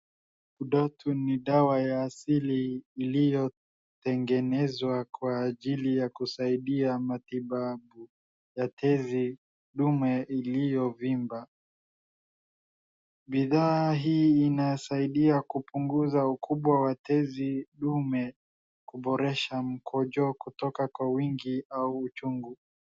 Udatu ni dawa ya asili iliyotengenezwa kwa ajili ya kusaidia matibabu ya tezi dume iliyovimba. Bidhaa hii inasaidia kupunguza ukubwa wa tezi dume kuboresha mkojo kutoka kwa wingi au uchungu.